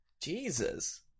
Jesus